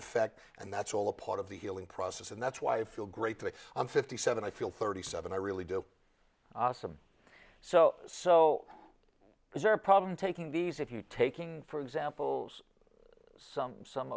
effect and that's all a part of the healing process and that's why i feel great when i'm fifty seven i feel thirty seven i really do so so is there a problem taking these if you taking for example some some